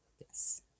yes